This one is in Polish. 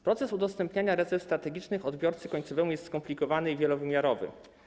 Proces udostępniania rezerw strategicznych odbiorcy końcowemu jest skomplikowany i wielowymiarowy.